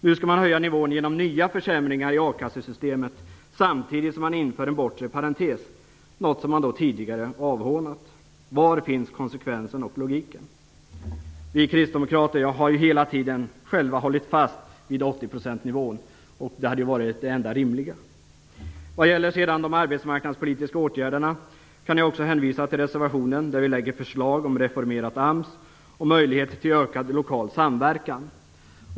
Nu skall man höja nivån genom nya försämringar i akassesystemet samtidigt som man inför en bortre parentes, något som man tidigare avhånat. Var finns konsekvensen och logiken? Vi kristdemokrater har hela tiden hållit fast vid 80-procentsnivån som är den enda rimliga. När det sedan gäller de arbetsmarknadspolitiska åtgärderna kan jag också hänvisa till reservationen där vi lägger fram förslag om ett reformerat AMS och om en ökad lokal samverkan.